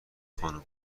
خانم